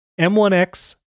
M1X